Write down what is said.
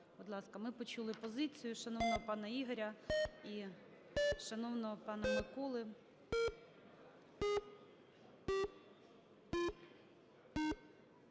будь ласка. Ми почули позицію шановного пана Ігоря і шановного пана Миколи.